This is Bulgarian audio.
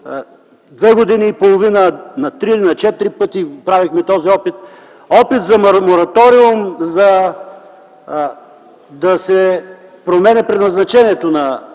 двете години и половина на 3-4 пъти правихме този опит – опит за мораториум, за да се промени предназначението на